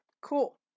cool